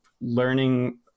learning